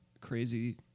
Crazy